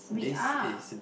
we are